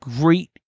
great